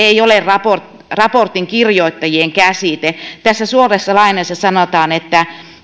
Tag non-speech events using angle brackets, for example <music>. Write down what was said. <unintelligible> ei ole raportin raportin kirjoittajien käsite tässä suorassa lainauksessa sanotaan